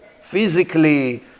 physically